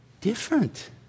different